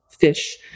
Fish